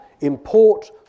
import